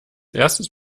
erstes